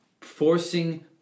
forcing